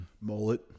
Mullet